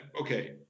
okay